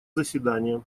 заседания